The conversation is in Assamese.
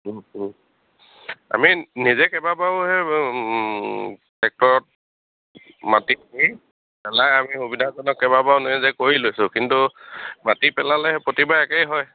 আমি নিজে কেইবাবাৰো সেই ট্ৰেক্টৰত মাটি পেলাই আমি সুবিধাজনক কেইবাবাৰো নিজে কৰি লৈছোঁ কিন্তু মাটি পেলালেহে প্ৰতিবাৰ একেই হয়